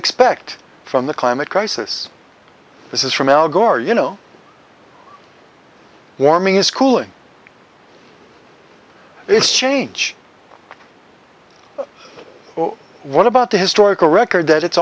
expect from the climate crisis this is from al gore you know warming is cooling it's change what about the historical record that it's